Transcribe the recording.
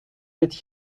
that